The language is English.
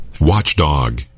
Watchdog